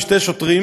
עם שני שוטרים,